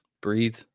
Breathe